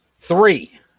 Three